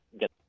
get